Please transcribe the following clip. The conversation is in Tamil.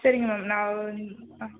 சரிங்க மேம் நான் ஆ